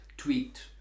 Tweet